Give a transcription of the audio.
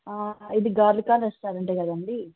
ఇది గొర్లికా రెస్టారెంటే కదండీ